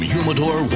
Humidor